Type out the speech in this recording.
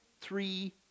three